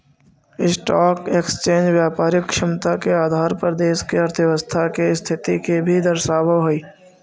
stock exchange व्यापारिक क्षमता के आधार पर देश के अर्थव्यवस्था के स्थिति के भी दर्शावऽ हई